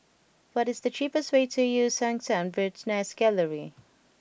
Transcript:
what is the cheapest way to Eu Yan Sang Bird's Nest Gallery